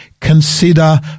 consider